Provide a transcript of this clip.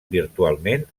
virtualment